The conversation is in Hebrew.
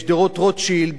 במקום,